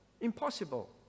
Impossible